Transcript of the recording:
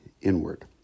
inward